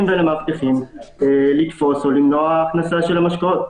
ולמאבטחים לתפוס ולמנוע הכנסה של המשקאות.